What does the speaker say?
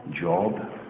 job